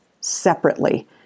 separately